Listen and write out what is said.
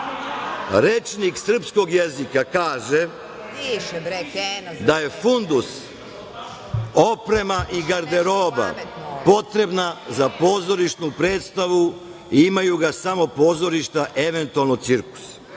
Rečnik srpskog jezika kaže da je fundus oprema i garderoba potrebna za pozorišnu predstavu i imaju ga samo pozorišta, eventualno cirkus. Ipak,